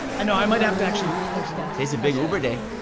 i know i might have to actually post that. today's a big uber day.